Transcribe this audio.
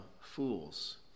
fools